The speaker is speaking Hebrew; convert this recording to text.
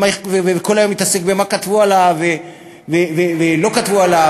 וכל היום מתעסק במה כתבו עליו ולא כתבו עליו,